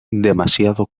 demasiado